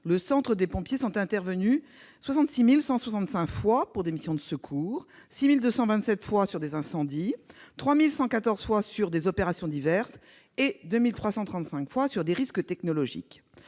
les centres de pompiers sont intervenus 66 165 fois pour des missions de secours, 6 227 fois sur des incendies, 3 114 fois sur des opérations diverses et 2 335 fois sur des risques technologiques.